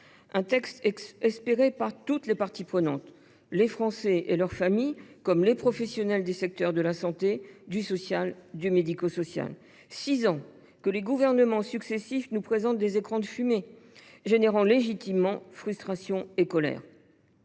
est espéré par toutes les parties prenantes, les Français et leur famille comme les professionnels des secteurs de la santé, du social et du médico social. Voilà six ans que les gouvernements successifs nous présentent des écrans de fumée, ce qui engendre légitimement frustration et colère.